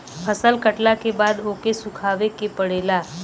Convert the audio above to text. फसल कटला के बाद ओके सुखावे के पड़ेला